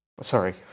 Sorry